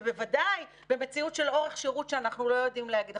ובוודאי במציאות של אורך שירות שאנחנו לא יודעים להגיד.